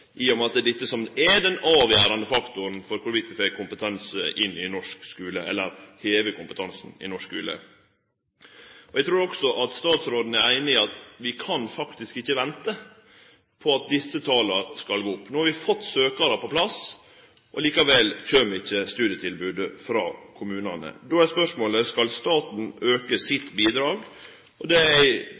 i og med at dette er den avgjerande faktoren for at vi får heva kompetansen i norsk skule. Eg trur at statsråden er einig i at vi ikkje kan vente på at desse tala skal gå opp. No har vi fått søkjarar på plass. Likevel kjem ikkje studietilbodet frå kommunane. Då er spørsmålet: Skal staten auke sitt bidrag? Det er